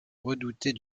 redoutée